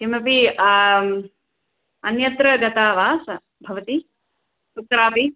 किमपि अन्यत्र गता वा सा भवती कुत्रापि